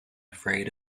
afraid